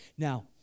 Now